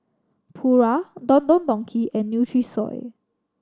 Pura Don Don Donki and Nutrisoy